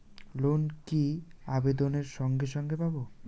Loan কি আবেদনের সঙ্গে সঙ্গে পাব?